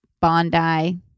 Bondi